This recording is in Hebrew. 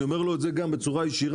אני אומר לו את זה גם בצורה ישירה.